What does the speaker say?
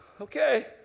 okay